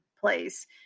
place